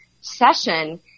session